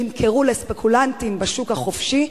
שנמכרו לספקולנטים בשוק החופשי,